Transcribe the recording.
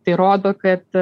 tai rodo kad